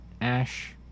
Ash